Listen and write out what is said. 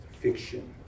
fiction